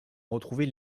retrouver